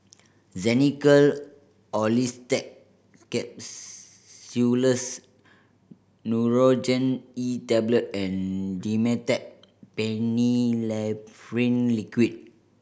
Xenical Orlistat Nurogen E Tablet and Dimetapp Phenylephrine Liquid